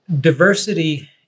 diversity